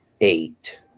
eight